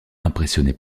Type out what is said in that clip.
impressionné